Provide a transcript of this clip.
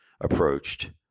approached